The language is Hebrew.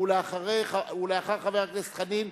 ואחרי חבר הכנסת חנין,